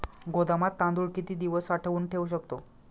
गोदामात तांदूळ किती दिवस साठवून ठेवू शकतो?